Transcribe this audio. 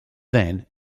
then